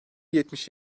yetmiş